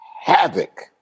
havoc